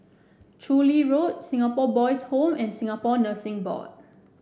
Chu Lin Road Singapore Boys' Home and Singapore Nursing Board